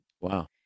Wow